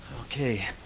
Okay